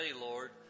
Lord